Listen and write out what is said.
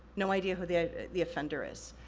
no idea who the the offender is.